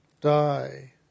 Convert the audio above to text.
Die